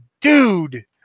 dude